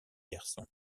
garçons